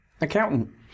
Accountant